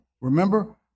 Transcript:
Remember